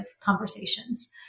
conversations